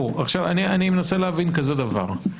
אני מנסה להבין כזה דבר.